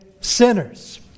sinners